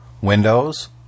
Windows